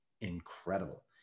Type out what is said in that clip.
incredible